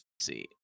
See